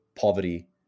poverty